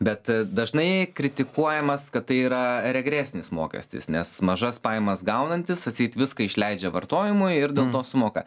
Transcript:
bet dažnai kritikuojamas kad tai yra regresinis mokestis nes mažas pajamas gaunantys atseit viską išleidžia vartojimui ir dėl to sumoka